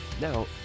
Now